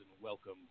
welcome